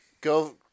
Go